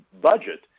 budget